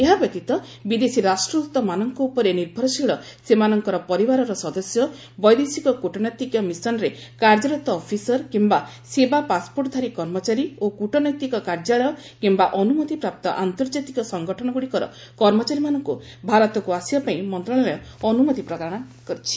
ଏହାବ୍ୟତୀତ ବିଦେଶୀ ରାଷ୍ଟ୍ରଦ୍ରତମାନଙ୍କ ଉପରେ ନିର୍ଭରଶୀଳ ସେମାନଙ୍କର ପରିବାରର ସଦସ୍ୟ ବୈଦେଶିକ କୃଟନୈତିକ ମିଶନରେ କାର୍ଯ୍ୟରତ ଅଫିସର କିମ୍ବା ସେବା ପାସ୍ପୋର୍ଟଧାରୀ କର୍ମଚାରୀ ଓ କୂଟନୈତିକ କାର୍ଯ୍ୟାଳୟ କିୟା ଅନୁମତିପ୍ରାପ୍ତ ଆନ୍ତର୍ଜାତିକ ସଂଗଠନ ଗୁଡ଼ିକର କର୍ମଚାରୀମାନଙ୍କୁ ଭାରତକୁ ଆସିବା ପାଇଁ ମନ୍ତ୍ରଣାଳୟ ଅନୁମତି ପ୍ରଦାନ କରିଛି